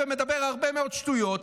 ומדבר הרבה מאוד שטויות,